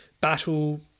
battle